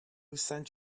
sent